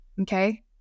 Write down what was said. Okay